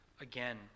again